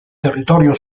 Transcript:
territorio